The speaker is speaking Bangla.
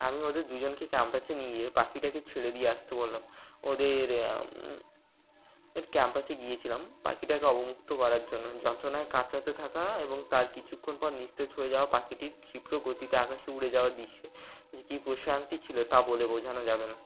আমি ওদের দুজনকে ক্যাম্পাসে নিয়ে গিয়ে পাখিটাকে ছেড়ে দিয়ে আসতে বললাম ওদের এর ক্যাম্পাসে গিয়েছিলাম পাখিটাকে অবমুক্ত করার জন্য যন্ত্রণায় কাচরাতে থাকা এবং তার কিছুক্ষণ পর নিস্তেজ হয়ে যাওয়া পাখিটির ক্ষিপ্র গতিতে আকাশে উড়ে যাওয়ার দৃশ্যে যে কী প্রশান্তি ছিল তা বলে বোঝানো যাবে না